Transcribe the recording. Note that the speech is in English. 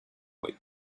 with